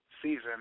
Season